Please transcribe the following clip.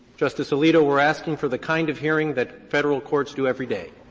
justice alito, we're asking for the kind of hearing that federal courts do every day.